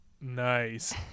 Nice